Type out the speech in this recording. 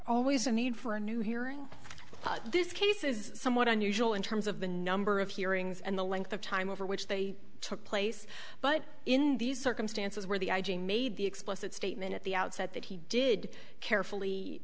always a need for a new hearing this case is somewhat unusual in terms of the number of hearings and the length of time over which they took place but in these circumstances where the i g made the explicit statement at the outset that he did carefully